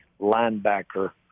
linebacker